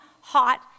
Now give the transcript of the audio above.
hot